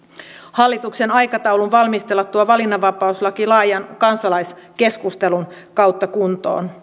hallituksen aikataulun valmistella tuo valinnanvapauslaki laajan kansalaiskeskustelun kautta kuntoon